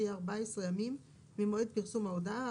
שיהיה 14 ימים ממועד פרסום ההודעה,